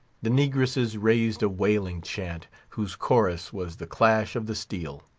the negresses raised a wailing chant, whose chorus was the clash of the steel.